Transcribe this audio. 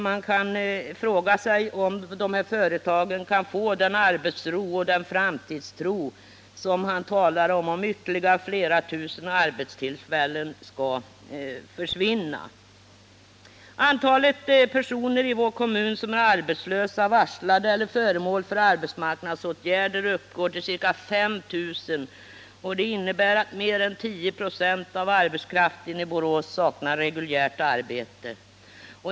Man kan fråga sig om dessa företag kan få den arbetsro och framtidstro som han talar om, om ytterligare flera tusen arbetstillfällen skall försvinna. Antalet personer i kommunen som är arbetslösa, varslade eller är föremål för arbetsmarknadsåtgärder uppgår till ca 5 000. Det innebär att mer än 10 96 av arbetskraften i Borås saknar reguljärt arbete.